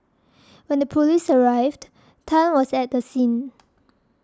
when the police arrived Tan was at the scene